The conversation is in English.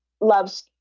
loves